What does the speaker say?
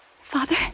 Father